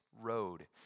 Road